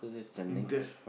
in that